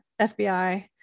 FBI